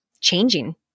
changing